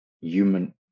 human